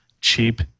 cheap